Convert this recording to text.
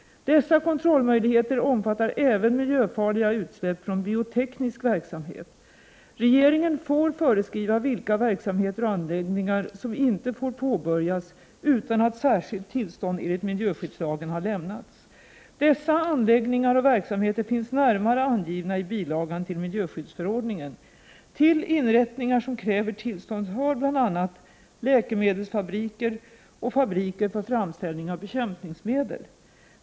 Dessa kontrollmöjligheter omfattar även 31 miljöfarliga utsläpp från bioteknisk verksamhet. Regeringen får föreskriva vilka verksamheter och anläggningar som inte får påbörjas utan att särskilt tillstånd enligt miljöskyddslagen har lämnats. Dessa anläggningar och verksamheter finns närmare angivna i bilagan till miljöskyddsförordningen. Till inrättningar som kräver tillstånd hör bl.a. läkemedelsfabriker och fabriker för framställning av bekämpningsmedel.